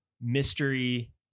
mystery